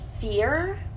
fear